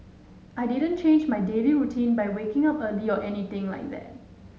I didn't change my daily routine by waking up early or anything like that